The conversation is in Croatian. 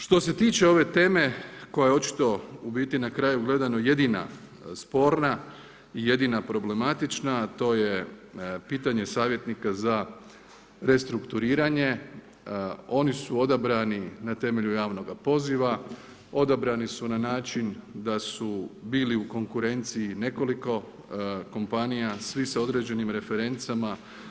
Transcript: Što se tiče ove teme koja očito, u biti na kraju gledano, jedina sporna i jedina problematična, a to je pitanje savjetnika za restrukturiranje, oni su odabrani na temelju javnoga poziva, odabrani su na način da su bili u konkurenciji nekoliko kompanija, svi sa određenim referencama.